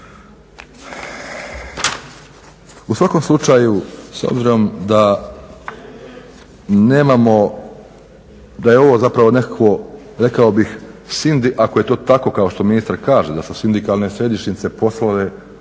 U svakom slučaju s obzirom da nemamo, da je ovo zapravo nekakvo, rekao bih, ako je to tako kao što ministar kaže da su sindikalne središnjice poslale